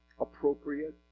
appropriate